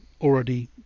Already